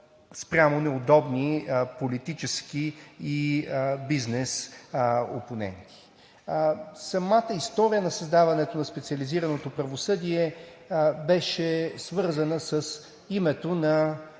спрямо политически неудобни и бизнес опоненти. Самата история на създаването на специализираното правосъдие беше свързана с името на